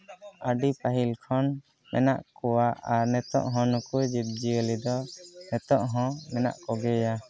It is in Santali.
ᱟᱹᱰᱤ ᱯᱟᱹᱦᱤᱞ ᱠᱷᱚᱱ ᱢᱮᱱᱟᱜ ᱠᱚᱣᱟ ᱟᱨ ᱱᱤᱛᱚᱜ ᱦᱚᱸ ᱱᱩᱠᱩ ᱡᱤᱵᱽ ᱡᱤᱭᱟᱹᱞᱤ ᱫᱚ ᱱᱤᱛᱚᱜ ᱦᱚᱸ ᱢᱮᱱᱟᱜ ᱠᱚᱜᱮᱭᱟ